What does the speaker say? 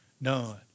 none